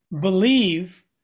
believe